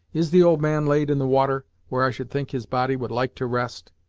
is the old man laid in the water, where i should think his body would like to rest?